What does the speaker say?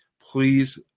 please